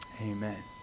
amen